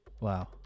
Wow